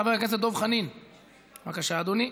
חבר הכנסת דב חנין, בבקשה, אדוני.